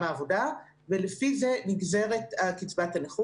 באופן --- איך מוגדר אדם עם עיוורון?